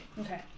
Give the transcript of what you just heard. Okay